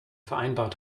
vereinbart